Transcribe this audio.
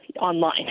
online